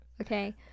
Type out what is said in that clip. Okay